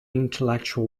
intellectual